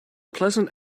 pleasant